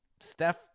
Steph